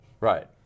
Right